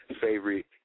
favorite